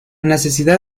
necesidad